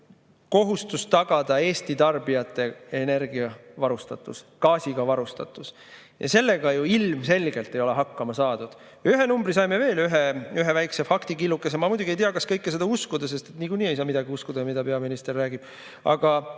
kohustus tagada Eesti tarbijatele energiaga varustatus, gaasiga varustatus ja sellega ju ilmselgelt ei ole hakkama saadud. Ühe numbri saime veel, ühe väikse faktikillukese – ma muidugi ei tea, kas kõike seda uskuda, sest niikuinii ei saa uskuda midagi, mida peaminister räägib –,